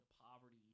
poverty